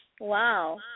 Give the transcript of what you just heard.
Wow